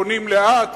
בונים לאט?